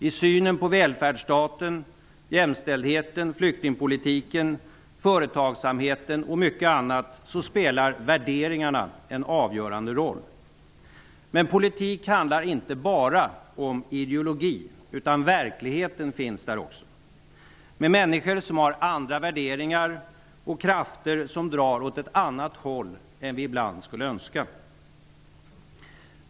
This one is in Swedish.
I synen på välfärdsstaten, jämställdheten, flyktingpolitiken, företagsamheten och mycket annat spelar värderingarna en avgörande roll. Men politik handlar inte bara om ideologin. Verkligheten finns där också, med människor som har andra värderingar och med krafter som drar åt ett annat håll än vi ibland skulle önska.